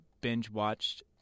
binge-watched